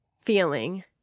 feeling